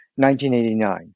1989